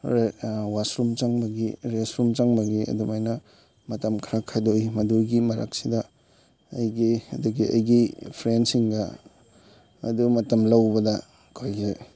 washroom ꯆꯪꯕꯒꯤ ꯔꯦꯁꯔꯨꯝ ꯆꯪꯕꯒꯤ ꯑꯗꯨꯃꯥꯏꯅ ꯃꯇꯝ ꯈꯔ ꯈꯥꯏꯗꯣꯛꯏ ꯃꯗꯨꯒꯤ ꯃꯔꯛꯁꯤꯗ ꯑꯩꯒꯤ ꯑꯗꯨꯒꯤ ꯑꯩꯒꯤ ꯐ꯭ꯔꯦꯟꯁꯤꯡꯒ ꯑꯗꯨ ꯃꯇꯝ ꯂꯧꯕꯗ ꯑꯩꯈꯣꯏꯒꯤ